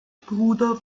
bruder